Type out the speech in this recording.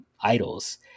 idols